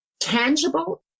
Tangible